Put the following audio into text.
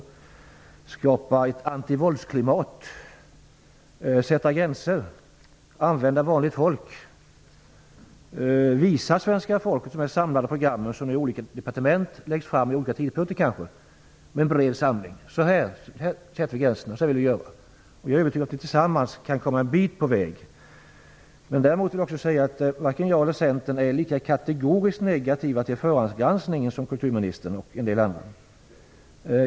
Man kan skapa ett antivåldsklimat, sätta gränser, använda vanligt folk, visa svenska folket de samlade program som läggs fram vid olika tidpunkter av olika departement. Man kan visa var man vill sätta gränserna och vad man vill göra. Jag är övertygad om att vi tillsammans kan komma en bit på väg. Men jag vill också säga att varken jag eller Centern är lika kategoriskt negativa till förhandsgranskning som kulturministern och en del andra.